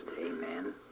Amen